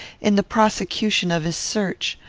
in the prosecution of his search.